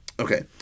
Okay